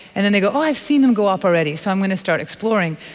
and then they go, oh i've seen them go up already so i'm going to start exploring.